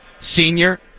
senior